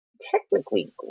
technically